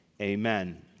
amen